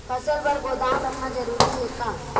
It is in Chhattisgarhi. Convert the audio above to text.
फसल बर गोदाम रखना जरूरी हे का?